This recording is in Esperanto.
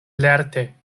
lerte